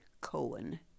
Cohen